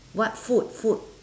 what food food